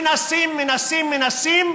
מנסים, מנסים,